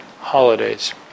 holidays